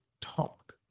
talk